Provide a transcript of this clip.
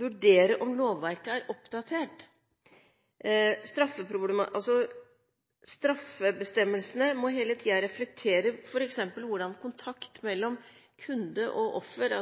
vurdere om lovverket er oppdatert. Straffebestemmelsene må hele tiden reflektere f.eks. hvordan kontakt mellom kunde og offer,